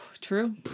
True